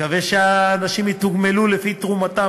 אני מקווה שהנשים יתוגמלו לפי תרומתן